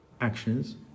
actions